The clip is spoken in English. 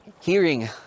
Hearing